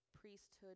priesthood